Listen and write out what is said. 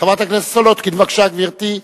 חברת הכנסת מרינה סולודקין, בבקשה, גברתי.